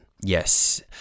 Yes